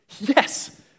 Yes